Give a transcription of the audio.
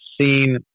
seen